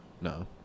No